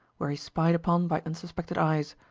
were he spied upon by unsuspected eyes.